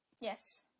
Yes